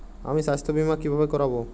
আমি স্বাস্থ্য বিমা কিভাবে করাব?